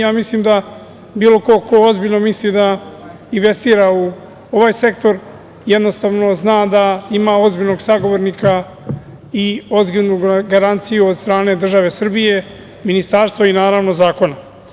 Ja mislim da bilo ko ko ozbiljno misli da investira u ovaj sektor jednostavno zna da ima ozbiljnog sagovornika i ozbiljnu garanciju od strane države Srbije, ministarstva i, naravno, zakona.